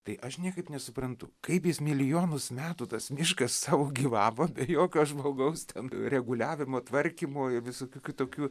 tai aš niekaip nesuprantu kaip jis milijonus metų tas miškas sau gyvavo be jokio žmogaus ten reguliavimo tvarkymo ir visokių kitokių